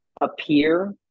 appear